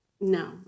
no